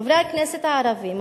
חברי הכנסת הערבים,